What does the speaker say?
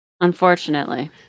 Unfortunately